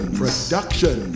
production